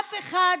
אף אחד